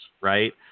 right